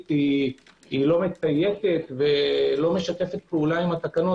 היא לא מצייתת ולא משתפת פעולה עם התקנות,